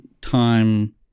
time